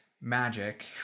magic